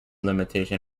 limitation